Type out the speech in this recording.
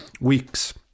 weeks